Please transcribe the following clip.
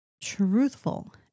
truthful